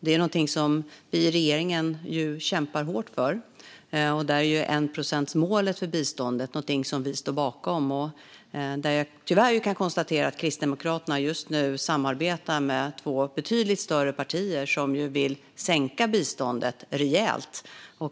Det är något som vi i regeringen kämpar hårt för, och där är ju enprocentsmålet för biståndet något som vi står bakom. Tyvärr kan jag konstatera att Kristdemokraterna just nu samarbetar med två betydligt större partier som ju vill sänka biståndet rejält.